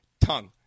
tongue